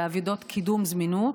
בעבודות קידום זמינות,